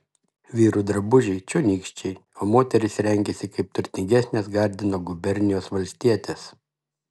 vyrų drabužiai čionykščiai o moterys rengiasi kaip turtingesnės gardino gubernijos valstietės